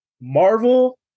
Marvel